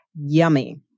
yummy